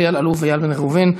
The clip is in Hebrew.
אלי אלאלוף ואיל בן ראובן.